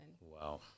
Wow